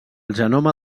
genoma